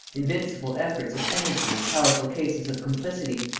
invincible efforts of energy and powerful cases of complicity,